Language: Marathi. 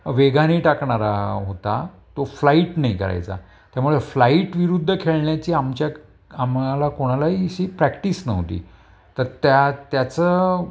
वेगाने टाकणारा होता तो फ्लाईट नाही करायचा त्यामुळे फ्लाईट विरुद्ध खेळण्याची आमच्यात आम्हाला कोणालाही अशी प्रॅक्टिस नव्हती तर त्या त्याचं